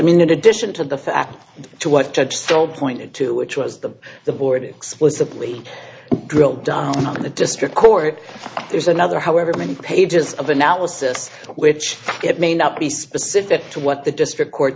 in addition to the fact to what judge still pointed to which was the the board explicitly drill down on the district court there's another however many pages of analysis which it may not be specific to what the district court